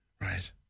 Right